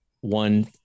one